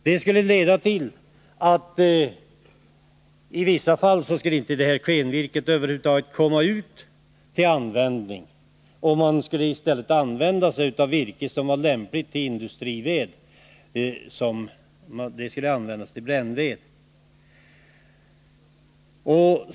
Det skulle nämligen i vissa fall leda till att klenvirket över huvud taget inte skulle komma till användning, utan man skulle i stället använda virke lämpligt till industrived som brännved.